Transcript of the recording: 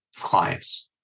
clients